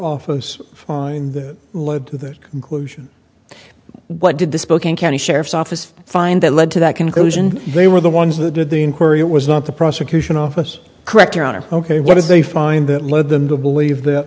office find that led to that conclusion what did the spokane county sheriff's office find that led to that conclusion they were the ones that did the inquiry it was not the prosecution office correct your honor ok what if they find that led them to believe that